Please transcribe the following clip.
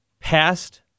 past